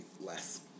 less